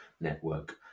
network